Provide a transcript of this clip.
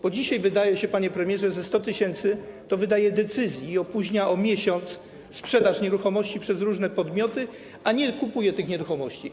Bo dzisiaj wydaje się, panie premierze, że 100 tys. to wydaje decyzji i opóźnia o miesiąc sprzedaż nieruchomości przez różne podmioty, a nie kupuje tych nieruchomości.